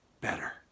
better